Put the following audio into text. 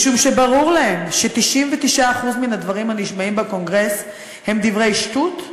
משום שברור להם ש-99% מן הדברים הנשמעים בקונגרס הם דברי שטות,